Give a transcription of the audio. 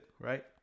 right